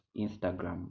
Instagram